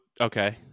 okay